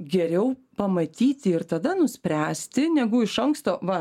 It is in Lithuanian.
geriau pamatyti ir tada nuspręsti negu iš anksto va